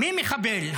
מי מחבל,